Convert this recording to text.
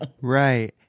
Right